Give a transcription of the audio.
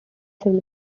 civil